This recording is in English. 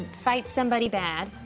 fight somebody bad,